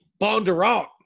Bondurant